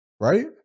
right